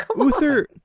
Uther